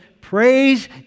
praise